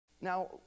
Now